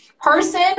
person